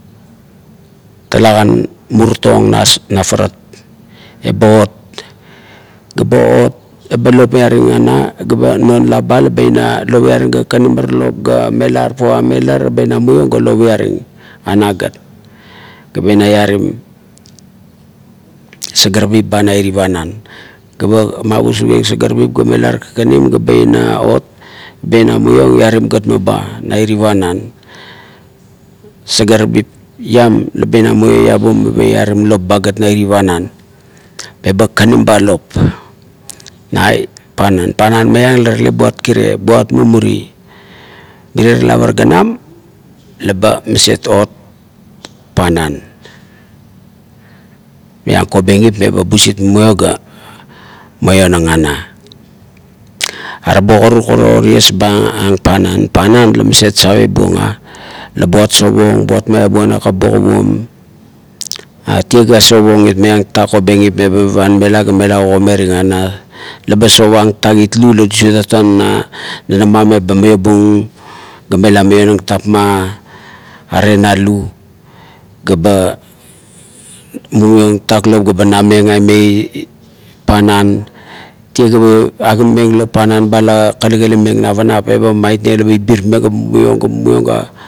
Talakan murutong na afarat eba ot ga ba ot eba lopmiaring ana ga ba non lap ba la ba lopiaring ga kakanim ara lop ga melar pavanmela ra ba ina muiong ga lopiaring ana gat, ga ba ina iarim sagarabip ba na iri panan ga ba ina muiong ianim noba na iri panan sagarabip iam la ba ina muiong iarim lop ba gat na iuni panan eba kakanim ba lop na panan. Panan maiang la tale buat kire buat mumuri, mirie lap ara ganam la ba maet ot panan maiang kobengip me ba busit muiong ga meanang ana. Arabo karuk ara o ties ba ang panan, panan la maset save buong a, la buat sap ong buat meabua nakap bo kuguom, tie ga sapong it meang talak kobengip la ba pavanmela ga mela kogomering ana. Laba sapang tatakit lu la duseng tatuan na nanama me ba meobung ga mela meonang tapma are na lu ga ba mumiong tatak lop ga ba nameng aime panan, tie ga ba aginameng panan ba la kalikalimeng na panap eba maitneng le ba ibirmeng ga muniong ga mumiong